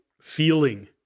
feeling